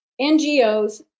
NGOs